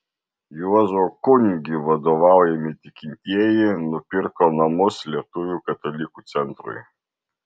juozo kungi vadovaujami tikintieji nupirko namus lietuvių katalikų centrui